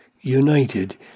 united